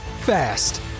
fast